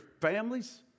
families